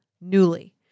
Newly